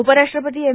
उपराष्ट्रपती एम